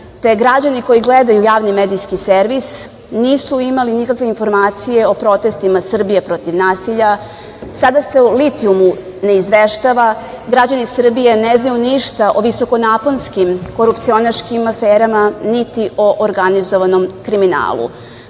te građani koji gledaju Javni medijski servis nisu imali nikakve informacije o protestima „Srbije protiv nasilja“. Sada se o litijumu ne izveštava. Građani Srbije ne znaju ništa o visokonaponskim korupcionaškim aferama, niti o organizovanom kriminalu.